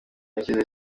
ikirere